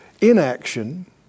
inaction